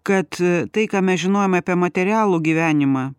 kad tai ką mes žinojom apie materialų gyvenimą